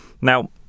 Now